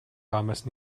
damals